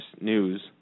news